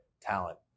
talent